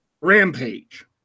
Rampage